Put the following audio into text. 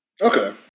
okay